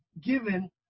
given